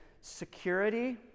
security